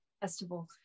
festival